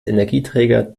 energieträger